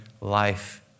life